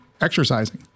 exercising